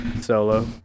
solo